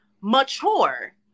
mature